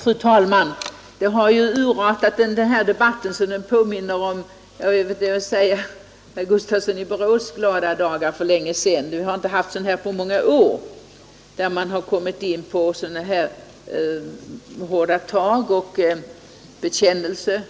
Fru talman! Denna debatt har urartat så att den påminner om herr Gustafssons i Borås glada dagar för länge sedan. Det har inte på många år talats på detta sätt om hårda tag, gjorts bekännelser